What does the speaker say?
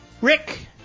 Rick